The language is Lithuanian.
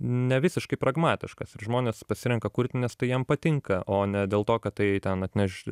ne visiškai pragmatiškas ir žmonės pasirenka kurt nes tai jiem patinka o ne dėl to kad tai ten atneš